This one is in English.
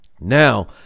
Now